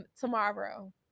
tomorrow